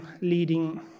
leading